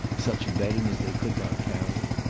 such bedding as they could not carry.